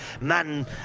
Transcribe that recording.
man